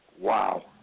Wow